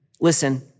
Listen